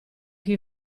chi